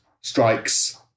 strikes